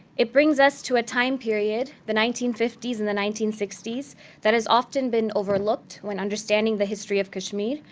it brings us to a time period the nineteen fifty s and the nineteen sixty s that has often been overlooked when understanding the history of kashmir.